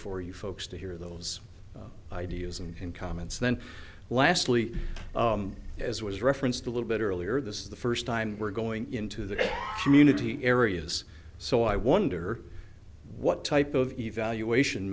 for you folks to hear those ideas and comments then lastly as was referenced a little bit earlier this is the first time we're going into the community areas so i wonder what type of evaluation